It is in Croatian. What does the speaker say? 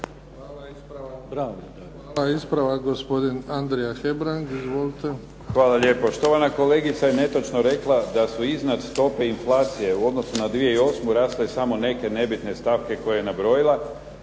Luka (HDZ)** Hvala. Ispravak gospodin Andrija Hebrang. Izvolite. **Hebrang, Andrija (HDZ)** Hvala lijepo. Štovana kolegica je netočno rekla da su iznad stope inflacije u odnosu na 2008. rasle samo neke nebitne stavke koje je nabrojila